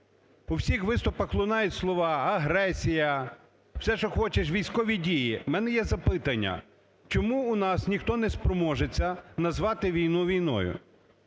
У всіх виступах лунають слова "агресія", все що хочеш, "військові дії", в мене є запитання, чому у нас ніхто не спроможеться назвати війну війною.